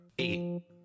eight